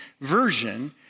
version